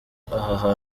aha